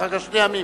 אחר כך שני ימים,